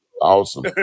awesome